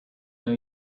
know